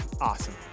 awesome